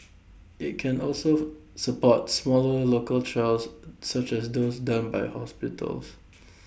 IT can also support smaller local trials such as those done by hospitals